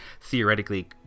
theoretically